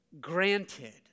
granted